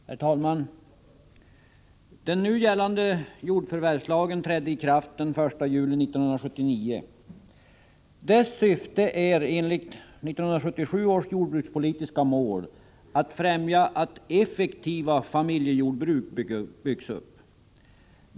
Herr talman! Den nu gällande jordförvärvslagen trädde i kraft den 1 juli 1979. Dess syfte är enligt 1977 års jordbrukspolitiska mål att främja att effektiva familjejordbruk byggs upp.